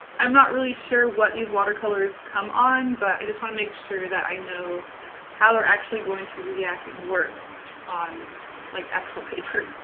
i'm not really sure what these watercolors come on, but i just want to make sure that i know how they're actually going to react and work on like actual paper.